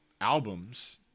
albums